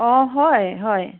অ হয় হয়